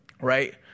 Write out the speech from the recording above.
right